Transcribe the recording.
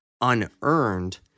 unearned